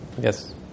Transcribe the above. Yes